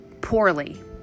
poorly